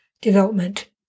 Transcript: development